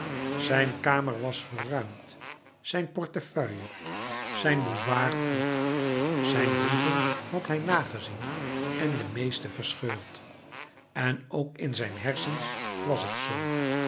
zijn kamer was geruimd zijn portefeuille zijn buvard ook zijn brieven had hij nagezien en de meeste verscheurd en ook in zijn hersens was het zoo